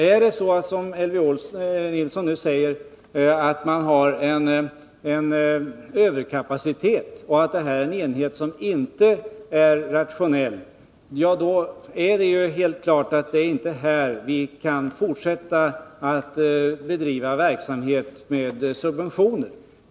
Är det så som Elvy Nilsson säger att det finns en överkapacitet inom branschen och att Torsbybryggeriet är en enhet som inte är rationell, då är det helt klart att det inte är här som vi kan fortsätta att bedriva verksamhet med subventioner.